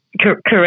Correct